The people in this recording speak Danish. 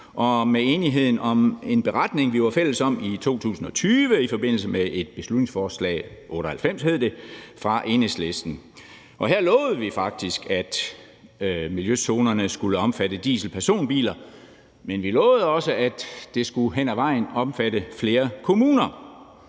og med enigheden om en beretning, vi var fælles om i 2020, i forbindelse med et beslutningsforslag, det var nr. 98, fra Enhedslisten. Her lovede vi faktisk, at miljøzonerne skulle omfatte dieselpersonbiler, men vi lovede også, at det hen ad vejen skulle omfatte flere kommuner.